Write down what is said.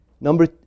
Number